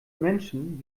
menschen